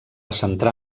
centrar